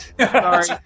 sorry